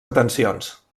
atencions